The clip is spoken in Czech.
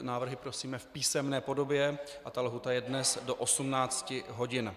Návrhy prosíme v písemné podobě a lhůta je dnes do 18 hodin.